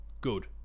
good